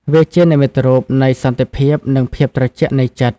វាជានិមិត្តរូបនៃសន្តិភាពនិងភាពត្រជាក់នៃចិត្ត។